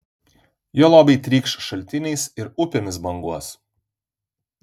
jo lobiai trykš šaltiniais ir upėmis banguos